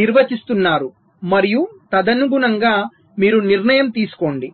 నిర్వచిస్తున్నారు మరియు తదనుగుణంగా మీరు నిర్ణయం తీసుకోండి